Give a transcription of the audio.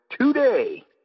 today